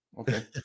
Okay